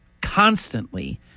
constantly